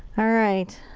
alright.